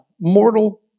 mortal